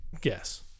guess